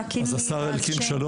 השר אלקין שלום,